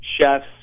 chefs